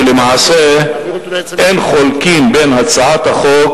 שלמעשה אין מחלוקת בין הצעת החוק